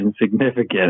insignificant